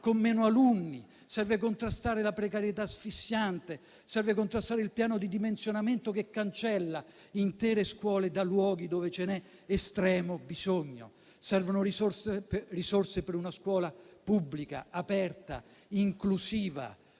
con meno alunni; serve contrastare la precarietà asfissiante; serve contrastare il piano di dimensionamento che cancella intere scuole da luoghi dove ce n'è estremo bisogno; servono risorse per una scuola pubblica, aperta, inclusiva,